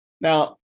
Now